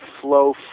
flow